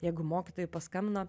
jeigu mokytojai paskambino